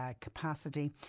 capacity